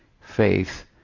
faith